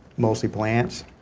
mostly plants.